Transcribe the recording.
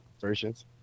versions